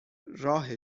راه